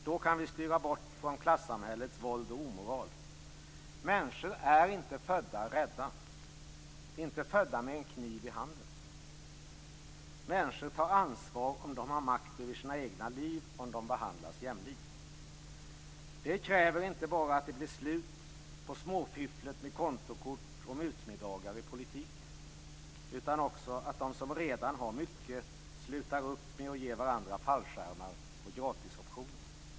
Då kan vi styra bort från klassamhällets våld och omoral. Människor är inte födda rädda, inte födda med en kniv i handen. Människor tar ansvar om de har makt över sina egna liv och om de behandlas jämlikt. Det kräver inte bara att det blir slut på småfifflet med kontokort och mutmiddagar i politiken, utan också att de som redan har mycket slutar upp med att ge varandra fallskärmar och gratisoptioner.